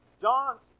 John's